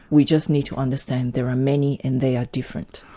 we just need to understand there are many and they are different.